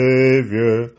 Savior